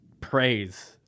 praise